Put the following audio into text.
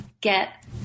get